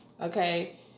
Okay